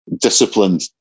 disciplined